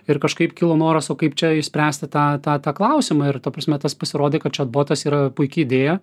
ir kažkaip kilo noras o kaip čia išspręsti tą tą tą klausimą ir ta prasme tas pasirodė kad čiatbotas yra puiki idėja